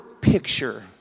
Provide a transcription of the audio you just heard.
picture